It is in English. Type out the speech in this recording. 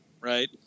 right